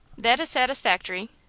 that is satisfactory.